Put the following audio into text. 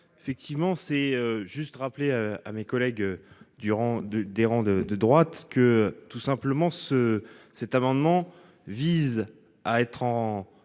Effectivement c'est juste rappeler à mes collègues. Durant 2 des rangs de de droite que tout simplement ce cet amendement vise à être en.